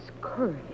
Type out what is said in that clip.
courage